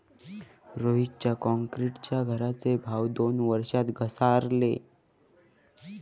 रोहितच्या क्रॉन्क्रीटच्या घराचे भाव दोन वर्षात घसारले